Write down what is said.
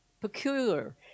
peculiar